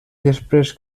després